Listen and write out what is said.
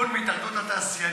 עדכון מהתאחדות התעשיינים,